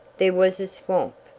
there was a swamp,